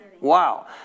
Wow